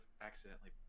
accidentally